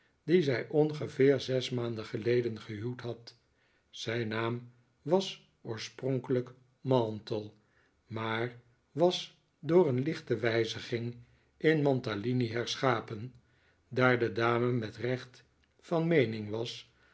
dien zij ongeveer zes maanden geleden gehuwd had zijn naam was oorspronkelijk mantle maar was door een lichte wijziging in mantalini herschapen daar de dame met recht van meening was